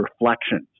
reflections